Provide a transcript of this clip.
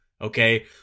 Okay